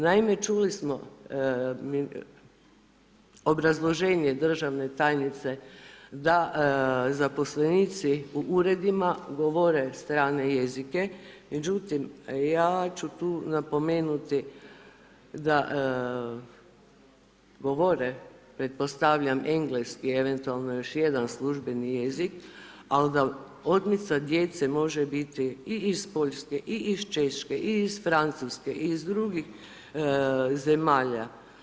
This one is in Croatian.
Naime, čuli smo obrazloženje državne tajnice da zaposlenici u uredima, govore strane jezike, međutim, ja ću tu napomenuti da govore pretpostavljam eng. eventualno još jedan službeni jezik ali da odmiče djece može biti i iz Poljske i iz Češke i iz Francuske i iz drugih zemalja.